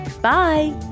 Bye